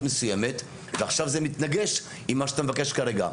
מסוימת ועכשיו זה מתנגש עם מה שאתה מבקש כרגע.